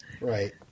Right